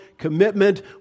Commitment